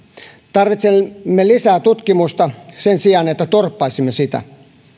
tarvitsemme lisää tutkimusta sen sijaan että torppaisimme sitä